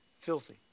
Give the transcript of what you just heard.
filthy